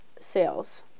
sales